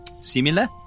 similar